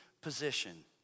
position